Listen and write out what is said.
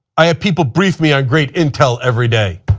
i have people briefed me on great intel every day.